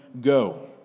go